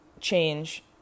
change